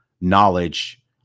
knowledge